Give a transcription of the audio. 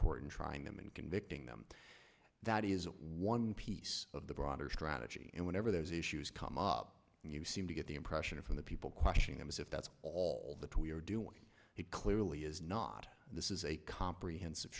court and trying them in convicting them that is one piece of the broader strategy and whenever there's issues come up you seem to get the impression from the people questioning them as if that's all that we are doing it clearly is not this is a comprehensive